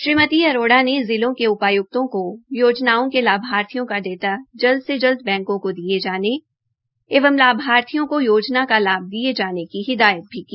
श्रीमती आरोड़ ने जिलों के उपाय्क्तों को योजनाओं के लाभार्थियों को डाटा जल्द से जल्द बैंकों को दिये जाने व लाभार्थियों को योजना का लाभ दिये जाने का हिदायत की